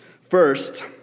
First